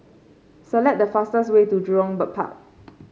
select the fastest way to Jurong Bird Park